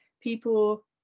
people